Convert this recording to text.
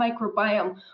microbiome